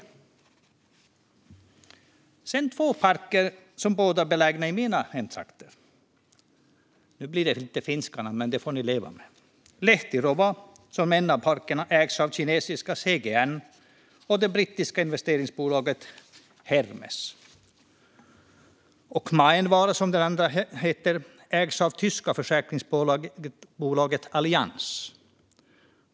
Jag ska nämna två parker som båda är belägna i mina hemtrakter. Nu blir det några finska namn, men det får ni leva med. Lehtirova, som är en av parkerna, ägs av kinesiska CGN och det brittiska investeringsbolaget Hermes. Och Maevaara, som den andra parken heter, ägs av det tyska försäkringsbolaget Allianz.